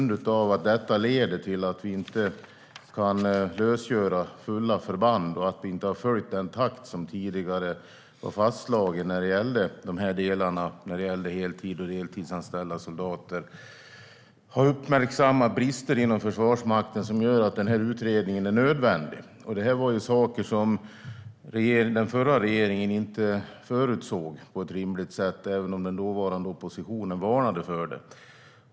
Detta leder till att vi inte kan lösgöra fulla förband och att vi inte har följt den takt som tidigare var fastslagen när det gällde heltids och deltidsanställda soldater. Man har uppmärksammat dessa brister inom Försvarsmakten, och det gör att den här utredningen är nödvändig. Det här förutsåg inte den förra regeringen på ett rimligt sätt, även om den dåvarande oppositionen varnade för det.